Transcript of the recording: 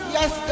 Yes